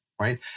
right